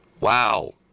Wow